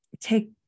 take